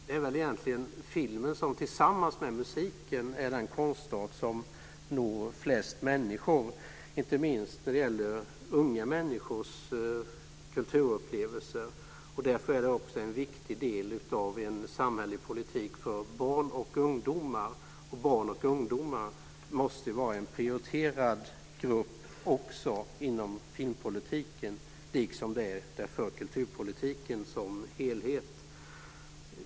Det är väl egentligen filmen som tillsammans med musiken är den konstart som når flest människor, inte minst när det gäller unga människor och deras kulturupplevelser. Därför är det också en viktig del av en samhällelig politik för barn och ungdomar. Barn och ungdomar måste vara en prioriterad grupp också inom filmpolitiken - liksom de är det för kulturpolitiken som helhet.